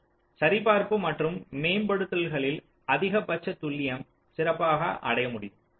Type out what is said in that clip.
எனவே சரிபார்ப்பு மற்றும் மேம்படுத்துதல்களில் அதிகபட்ச துல்லியம் சிறப்பாக அடைய முடியும்